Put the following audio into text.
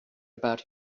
about